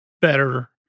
better